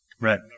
Right